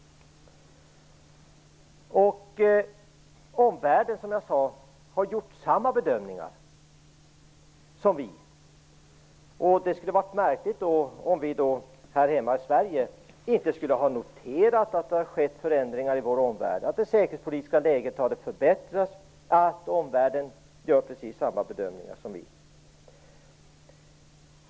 Som jag sade har omvärlden gjort samma bedömningar som vi. Det skulle ha varit märkligt om vi här hemma i Sverige inte skulle ha noterat att det har skett förändringar i vår omvärld så att det säkerhetspolitiska läget har förbättrats och att omvärlden gör precis samma bedömningar som vi.